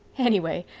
anyway,